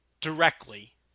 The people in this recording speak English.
directly